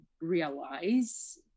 realize